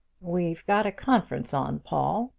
we've got a conference on, paul,